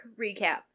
recap